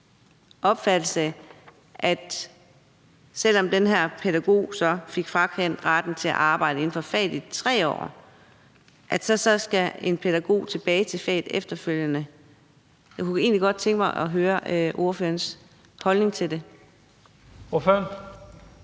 udviklingshæmmet beboer og så blev frakendt retten til at arbejde inden for faget i 3 år – skal tilbage til faget efterfølgende? Jeg kunne egentlig godt tænke mig at høre ordførerens holdning til det. Kl.